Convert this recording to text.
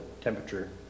temperature